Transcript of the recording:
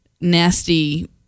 nasty